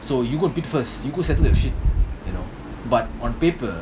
so you go and pit first you go and settle your shit you know but on paper